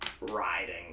riding